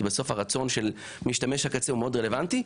כי בסוף הרצון של משתמש הקצה הוא מאוד רלוונטי,